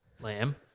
lamb